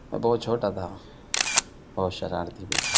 اور بہت چھوٹا تھا اور شرارتی بھی تھا